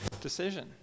decision